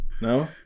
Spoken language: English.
No